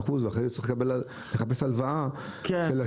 בהלוואה אין כללים והכול פתוח.